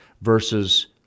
versus